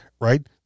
Right